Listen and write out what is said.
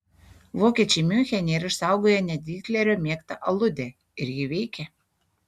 vokiečiai miunchene yra išsaugoję net hitlerio mėgtą aludę ir ji veikia